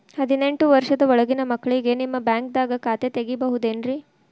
ಹದಿನೆಂಟು ವರ್ಷದ ಒಳಗಿನ ಮಕ್ಳಿಗೆ ನಿಮ್ಮ ಬ್ಯಾಂಕ್ದಾಗ ಖಾತೆ ತೆಗಿಬಹುದೆನ್ರಿ?